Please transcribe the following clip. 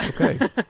Okay